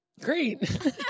Great